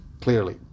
clearly